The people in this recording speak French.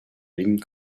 ligne